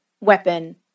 weapon